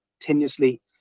continuously